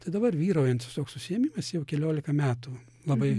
tai dabar vyraujantis toks užsiėmimas jau keliolika metų labai